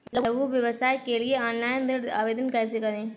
लघु व्यवसाय के लिए ऑनलाइन ऋण आवेदन कैसे करें?